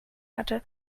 hatte